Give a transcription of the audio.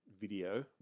video